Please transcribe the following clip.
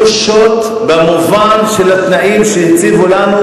הוא שוט במובן של התנאים שהציבו לנו,